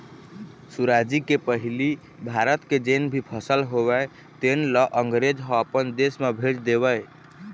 सुराजी के पहिली भारत के जेन भी फसल होवय तेन ल अंगरेज ह अपन देश म भेज देवय